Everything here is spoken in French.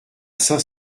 saint